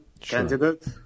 candidate